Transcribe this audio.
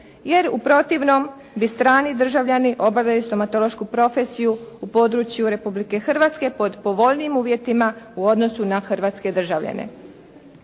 jer u protivnom bi strani državljani obavili stomatološku profesiju u području Republike Hrvatske pod povoljnijim uvjetima u odnosu na hrvatske državljane.